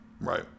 right